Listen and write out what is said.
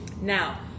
Now